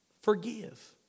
Forgive